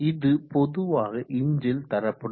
இது பொதுவாக இன்ச்சில் தரப்படும்